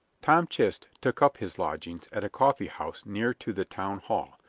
tom chist took up his lodgings at a coffee house near to the town hall,